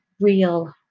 real